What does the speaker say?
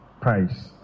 price